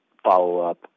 follow-up